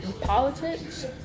Politics